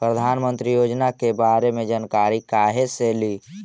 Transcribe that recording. प्रधानमंत्री योजना के बारे मे जानकारी काहे से ली?